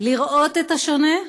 לראות את השונה,